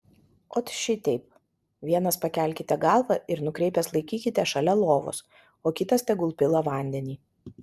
ot šiteip vienas pakelkite galvą ir nukreipęs laikykite šalia lovos o kitas tegul pila vandenį